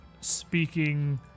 speaking